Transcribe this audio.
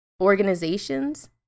organizations